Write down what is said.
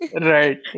Right